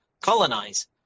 colonize